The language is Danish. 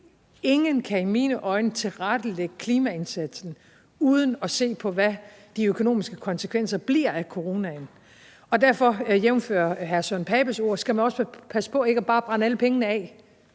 Ingen kan i mine øjne tilrettelægge klimaindsatsen uden at se på, hvad de økonomiske konsekvenser bliver af coronaen. Derfor, jævnfør hr. Søren Pape Poulsens ord, skal man også passe på ikke bare at brænde alle pengene af